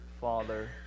Father